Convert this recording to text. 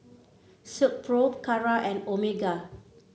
Silkpro Kara and Omega